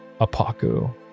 Apaku